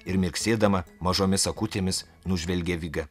ir mirksėdama mažomis akutėmis nužvelgė vigą